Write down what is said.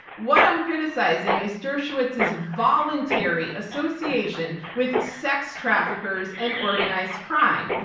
what i'm criticizing is dershowitz has a voluntary association with sex traffickers and organized crime.